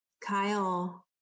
Kyle